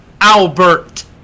Albert